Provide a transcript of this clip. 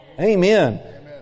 Amen